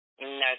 No